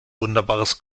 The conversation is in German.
wunderbares